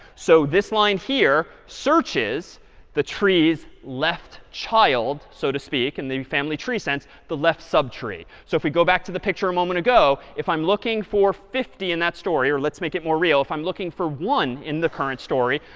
so this line here searches the tree's left child, so to speak, in and the family tree sense, the left subtree. so if we go back to the picture a moment ago, if i'm looking for fifty in that story or let's make it more real, if i'm looking for one in the current story,